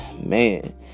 man